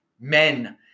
men